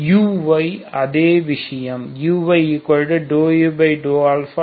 uy அதே விஷயம் uy∂u∂α